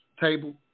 table